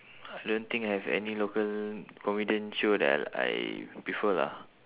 I don't think I have any local comedian show that I I prefer lah